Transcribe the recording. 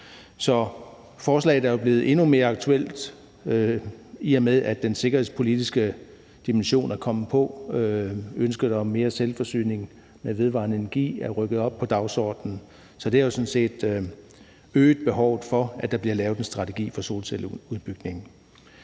Så forslaget er jo blevet endnu mere aktuelt, i og med at den sikkerhedspolitiske dimension er kommet med og ønsket om mere selvforsyning med vedvarende energi er rykket op på dagsordenen. Det har sådan set øget behovet for, at der bliver lavet en strategi for solcelleudbygningen.